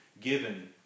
given